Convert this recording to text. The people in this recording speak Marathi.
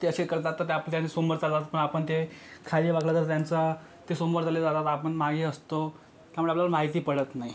ते असे करतात तर ते आपल्या समोर चालले जातात पण आपण ते खाली वाकलं तर त्यांचा ते समोर चालले जातात आपण मागे असतो त्यामुळे आपल्याला माहिती पडत नाही